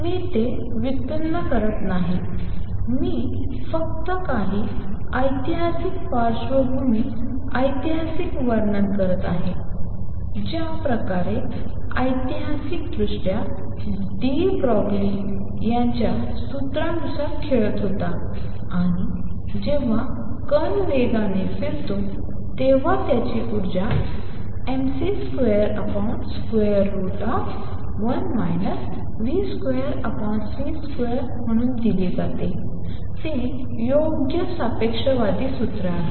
मी ते व्युत्पन्न करत नाही मी फक्त काही ऐतिहासिक पार्श्वभूमी ऐतिहासिक वर्णन करीत आहे ज्या प्रकारे ऐतिहासिकदृष्ट्या डी ब्रॉग्ली त्याच्या सूत्रांसह खेळत होता आणि जेव्हा कण वेगाने फिरतो तेव्हा त्याची ऊर्जा mc21 v2c2 म्हणून दिली जाते ते योग्य सापेक्षतावादी सूत्र आहे